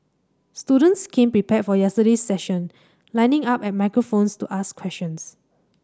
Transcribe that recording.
students came prepared for yesterday's session lining up at microphones to ask questions